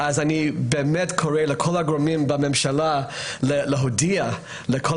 אני קורא לכל הגורמים בממשלה להודיע לכל